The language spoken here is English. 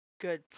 good